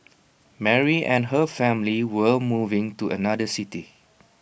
Mary and her family were moving to another city